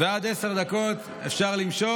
עד עשר דקות אפשר למשוך.